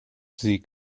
sie